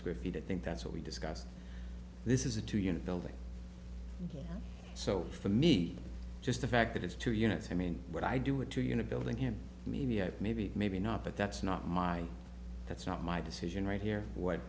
square feet i think that's what we discussed this is a two unit building so for me just the fact that it's two units i mean what i do it to you in a building him maybe i maybe maybe not but that's not my that's not my decision right here what